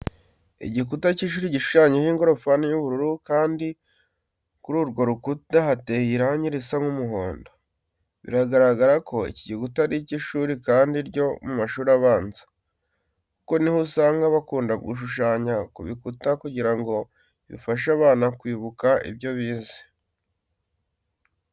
Igikuta cy'ishuri gushushanyijeho ingorofani y'ubururu kandi kuri urwo rukuta hateye irangi risa nk'umuhondo. Biragaragara ko iki gikuta ari icy'ishuri kandi ryo mu mashuri abanza, kuko ni ho usanga bakunda gushushanya ku bikuta kugira ngo bifashe abana kwibuka ibyo bize.